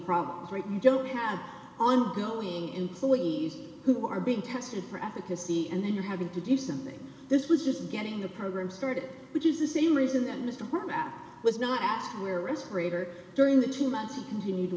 problems right now don't have ongoing employees who are being tested for advocacy and then you're having to do something this was just getting the program started which is the same reason that mr herapath was not asked where is greater during the two months he continued to